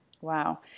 Wow